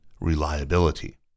reliability